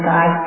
God